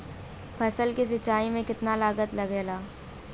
फसल की सिंचाई में कितना लागत लागेला?